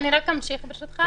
אני רק אמשיך, ברשותך.